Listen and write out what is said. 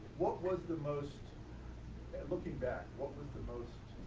what was the most and looking back, what was the most